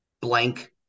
blank